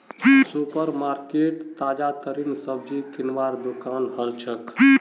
super market ताजातरीन सब्जी किनवार दुकान हछेक